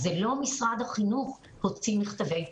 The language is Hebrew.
זה לא משרד החינוך שהוציא מכתבי פיטורים.